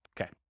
Okay